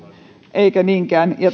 eikä niinkään